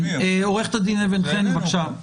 עו"ד אבן חן, בבקשה.